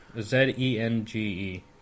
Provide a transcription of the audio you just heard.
Z-E-N-G-E